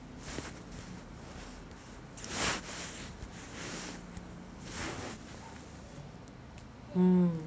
mm